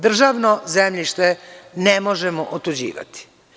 Državno zemljište ne možemo otuđivati.